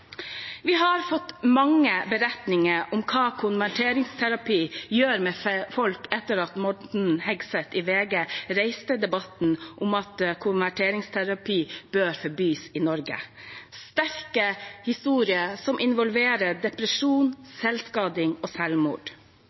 Vi har fått mange beretninger om hva konverteringsterapi gjør med folk, etter at Morten Hegseth i VG reiste debatten om hvorvidt konverteringsterapi bør forbys i Norge. Det er sterke historier som involverer depresjon, selvskading og selvmord.